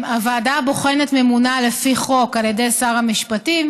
הוועדה הבוחנת ממונה על פי חוק על ידי שר המשפטים